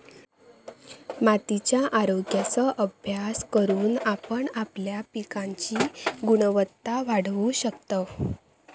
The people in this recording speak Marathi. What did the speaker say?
मातीच्या आरोग्याचो अभ्यास करून आपण आपल्या पिकांची गुणवत्ता वाढवू शकतव